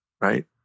Right